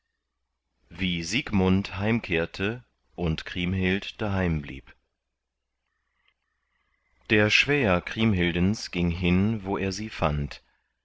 wie siegmund heimkehrte und kriemhild daheim blieb der schwäher kriemhildens ging hin wo er sie fand